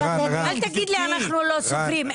אל תגיד לי אנחנו לא סופרים,